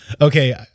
okay